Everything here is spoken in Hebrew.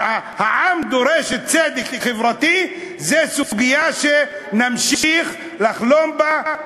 "העם דורש צדק חברתי" זו סוגיה שנמשיך לחלום בה,